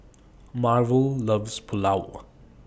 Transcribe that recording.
Marvel loves Pulao